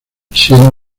siendo